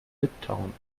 litauen